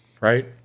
right